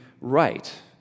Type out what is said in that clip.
right